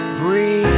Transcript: breathe